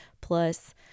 plus